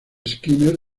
skinner